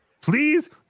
Please